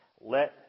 let